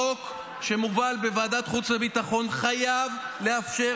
החוק שמובל בוועדת חוץ וביטחון חייב לאפשר